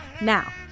Now